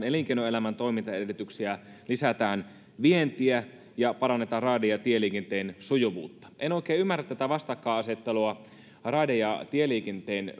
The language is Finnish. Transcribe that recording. elinkeinoelämän toimintaedellytyksiä lisätään vientiä ja parannetaan raide ja tieliikenteen sujuvuutta en oikein ymmärrä tätä vastakkainasettelua raide ja tieliikenteen